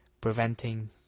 preventing